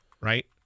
right